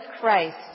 Christ